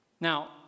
Now